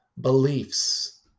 beliefs